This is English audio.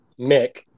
Mick